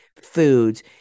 foods